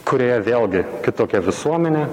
kurioje vėlgi kitokia visuomenė